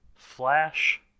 Flash